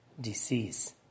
disease